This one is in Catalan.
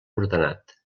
ordenat